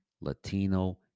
Latino